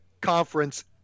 conference